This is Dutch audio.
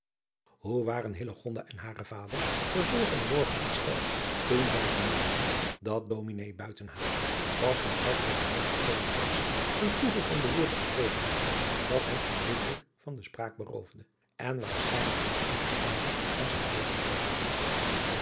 hoe waren hillegonda en hare vader den volgenden morgen ontsteld toen zij vernamen dat ds buitenhagen pas nadat hij te huisgekomen was een toeval van beroerte gekregen had dat hem onmiddellijk van de spraak beroofde en waarschijnlijk een spoedig einde aan zijn leven maken zou